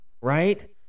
right